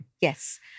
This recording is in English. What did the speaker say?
Yes